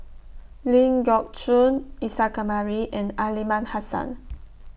Ling Geok Choon Isa Kamari and Aliman Hassan